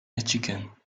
michigan